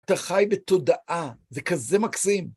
אתה חי בתודעה. זה כזה מקסים.